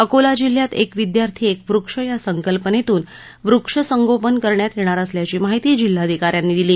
अकोला जिल्ह्यात एक विद्यार्थी एक वृक्ष या संकल्पनेतून वृक्ष संगोपन करण्यात येणार असल्याची माहिती जिल्हाधिका यांनी दिली